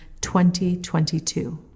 2022